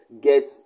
get